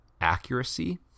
accuracy